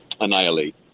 annihilate